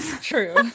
True